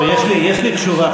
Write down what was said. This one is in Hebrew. יש לי תשובה,